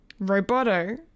Roboto